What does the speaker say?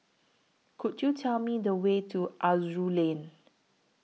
Could YOU Tell Me The Way to Aroozoo Lane